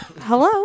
Hello